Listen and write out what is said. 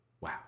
Wow